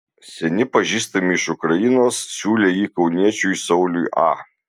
seni pažįstami iš ukrainos siūlė jį kauniečiui sauliui a